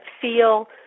feel